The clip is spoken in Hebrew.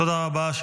תודה רבה.